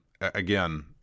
Again